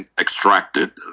extracted